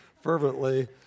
fervently